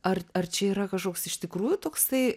ar ar čia yra kažkoks iš tikrųjų toksai